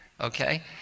Okay